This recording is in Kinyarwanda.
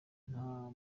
nta